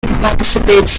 participates